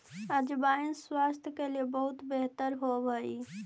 अजवाइन स्वास्थ्य के लिए बहुत बेहतर होवअ हई